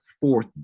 fourth